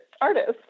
artist